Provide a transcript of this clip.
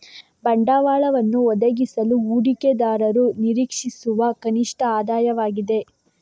ಬಂಡವಾಳವನ್ನು ಒದಗಿಸಲು ಹೂಡಿಕೆದಾರರು ನಿರೀಕ್ಷಿಸುವ ಕನಿಷ್ಠ ಆದಾಯವಾಗಿದೆ